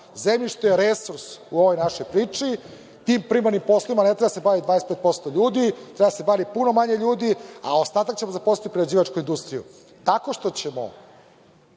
stvari. Zemljište je resurs u ovoj našoj priči. Tim primarnim poslovima ne treba da se bavi 25% ljudi, treba da se bavi puno manje ljudi, a ostatak ćemo zaposliti u prerađivačku industriju tako što ćemo